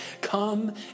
Come